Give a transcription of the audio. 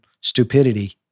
stupidity